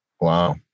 Wow